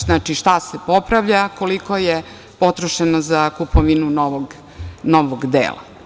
Znači, šta se popravlja, koliko je potrošeno za kupovinu novog dela?